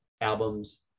albums